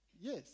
Yes